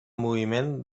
moviment